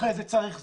אחרי זה צריך זוכה,